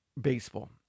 baseball